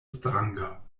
stranga